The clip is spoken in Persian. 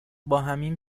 باهمیم